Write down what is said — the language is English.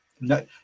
no